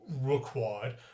required